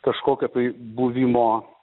kažkokio tai buvimo